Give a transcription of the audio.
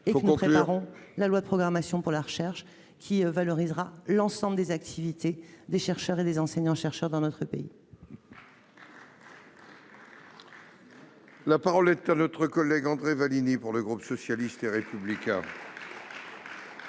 et nous préparons la loi de programmation pour la recherche, qui valorisera l'ensemble des activités des chercheurs et des enseignants-chercheurs dans notre pays. La parole est à M. André Vallini, pour le groupe socialiste et républicain.